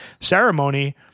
ceremony